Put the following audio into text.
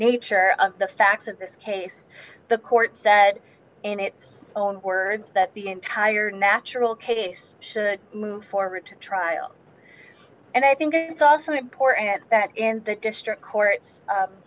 nature of the facts of this case the court said in its own words that the entire natural case should move forward to trial and i think it's also important that in the district court